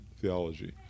theology